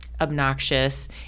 obnoxious